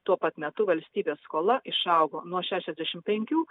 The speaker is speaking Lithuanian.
tuo pat metu valstybės skola išaugo nuo šešiasdešimt penkių